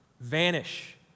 vanish